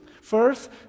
First